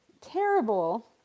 terrible